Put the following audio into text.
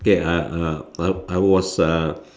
okay uh I I was a